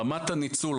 רמת הניצול,